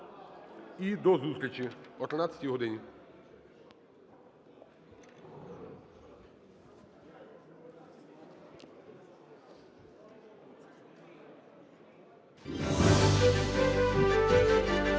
І до зустрічі о 13 годині.